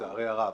לצערי הרב,